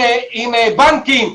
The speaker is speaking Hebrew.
עם בנקים.